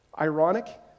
Ironic